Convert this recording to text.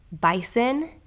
bison